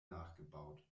nachgebaut